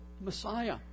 Messiah